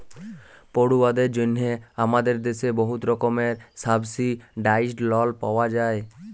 পড়ুয়াদের জ্যনহে আমাদের দ্যাশে বহুত রকমের সাবসিডাইস্ড লল পাউয়া যায়